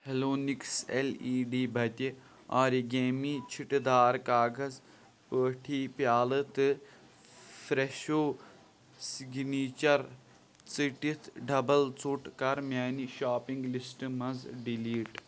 Halonix L E D بٔتہِ origami چھِٹہِ دار کاکَذ پارٹی پیٛالہٕ تہٕ فرٛٮ۪شو سِکنیچر ژٔٹِتھ ڈبل ژوٚٹ کَر میانہِ شاپنگ لسٹ منٛز ڈیلیٖٹ